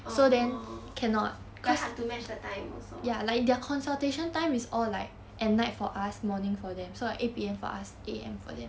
oh very hard to match the time also